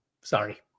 sorry